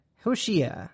Hoshea